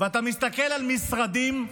ואתה מסתכל על משרדים,